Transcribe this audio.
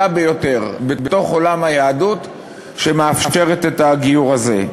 ביותר בתוך עולם היהדות שמאפשרת את הגיור הזה.